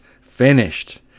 finished